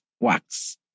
wax